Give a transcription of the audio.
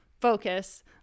focus